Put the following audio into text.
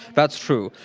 that's true.